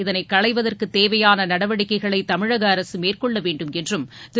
இதனைக் களைவதற்கு தேவையான நடவடிக்கைகளை தமிழக அரசு மேற்கொள்ள வேண்டும் என்றும் திரு